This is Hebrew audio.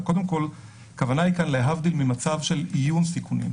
הכוונה הייתה להבדיל ממצב של איון סיכונים,